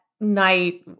night